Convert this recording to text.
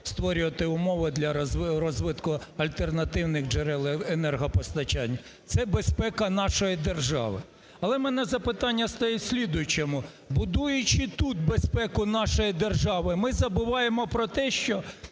створювати умови для розвитку альтернативних джерел енергопостачання. Це безпека нашої держави. Але у мене запитання стоїть в слідуючому. Будуючи тут безпеку нашої держави, ми забуваємо про те, що